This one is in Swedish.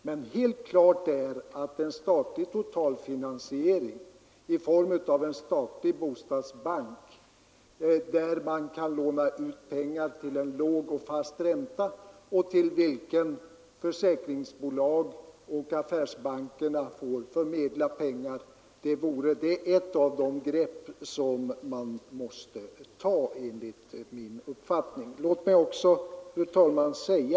Men helt klart är enligt min uppfattning att en statlig totalfinansiering i form av en statlig bostadsbank, där man kan låna ut pengar till en låg och fast ränta och till vilken AP-fonder, försäkringsbolag och affärsbanker får förmedla pengar, är ett av de grepp som vi måste ta.